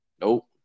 Nope